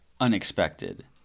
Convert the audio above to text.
unexpected